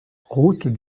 route